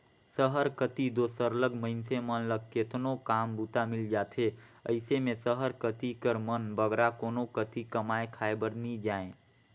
सहर कती दो सरलग मइनसे मन ल केतनो काम बूता मिल जाथे अइसे में सहर कती कर मन बगरा कोनो कती कमाए खाए बर नी जांए